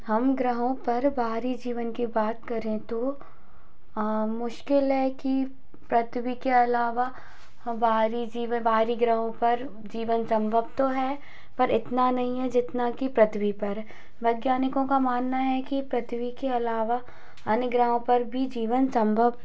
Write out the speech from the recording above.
हम ग्रहों पर बाहरी जीवन की बात करें तो मुश्किल है कि पृथ्वी के अलावा बाहरी जीव बाहरी ग्रहों पर जीवन संभव तो है पर इतना नहीं है जितना कि पृथ्वी पर है वैज्ञानिकों का मानना है कि पृथ्वी के अलावा अन्य ग्रहों पर भी जीवन संभव